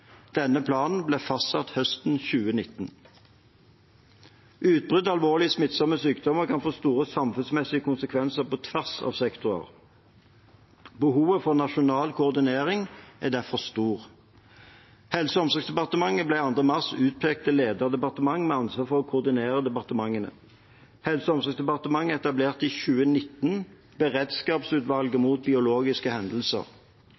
Denne planen ble fastsatt høsten 2019. Utbrudd av alvorlige smittsomme sykdommer kan få store samfunnsmessige konsekvenser på tvers av sektorer. Behovet for nasjonal koordinering er derfor stort. Helse- og omsorgsdepartementet ble 2. mars utpekt til lederdepartement med ansvar for å koordinere departementene. Helse- og omsorgsdepartementet etablerte i 2019 Beredskapsutvalget mot biologiske hendelser.